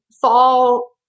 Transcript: fall